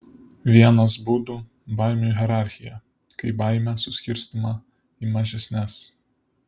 vienas būdų baimių hierarchija kai baimė suskirstoma į mažesnes